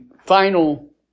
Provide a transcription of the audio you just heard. final